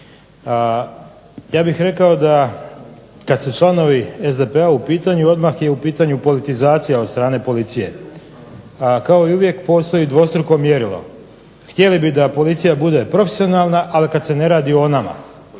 Ja bih rekao da kad su članovi SDP-a u pitanju odmah je u pitanju politizacija od strane policije, a kao i uvijek postoji dvostruko mjerilo. Htjeli bi da policija bude profesionalna, ali kad se ne radi o nama.